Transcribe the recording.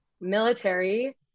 military